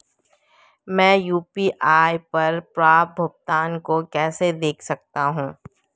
मैं यू.पी.आई पर प्राप्त भुगतान को कैसे देख सकता हूं?